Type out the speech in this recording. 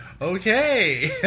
okay